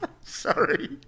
Sorry